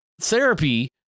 therapy